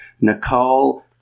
Nicole